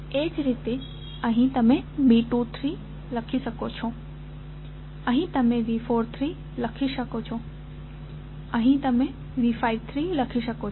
એ જ રીતે અહીં તમે V23 તરીકે લખી શકો છો અહીં તમે V43 લખી શકો છો અને અહીં તમે V53 લખી શકો છો